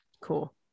cool